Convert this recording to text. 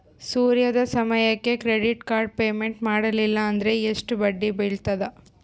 ಸರಿಯಾದ ಸಮಯಕ್ಕೆ credit card payment ಮಾಡಲಿಲ್ಲ ಅಂದ್ರೆ ಎಷ್ಟು ಬಡ್ಡಿ ಬೇಳ್ತದ?